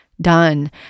done